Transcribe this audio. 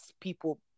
people